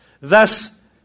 Thus